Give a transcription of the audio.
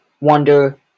Wonder